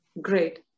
Great